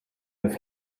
have